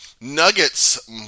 Nuggets